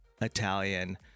Italian